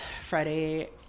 Friday